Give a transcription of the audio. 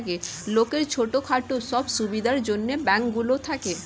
লোকের ছোট খাটো সব সুবিধার জন্যে ব্যাঙ্ক গুলো থাকে